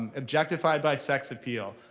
objectified by sex appeal.